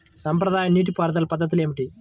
సాంప్రదాయ నీటి పారుదల పద్ధతులు ఏమిటి?